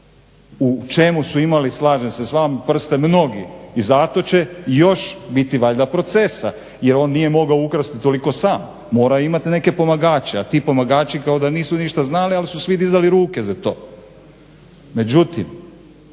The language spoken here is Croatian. u čemu su imali slažem se s vama, prste mnogi i zato će još biti valjda procesa jer on nije mogao ukrasti toliko sam. Morao je imati neke pomagače, a ti pomagači kao da nisu ništa znali, al' su svi dizali ruke za to.